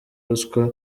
ruswa